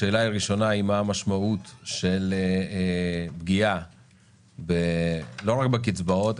השאלה הראשונה היא מה המשמעות של פגיעה לא רק בקצבאות,